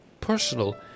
personal